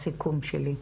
בסיכום שלי.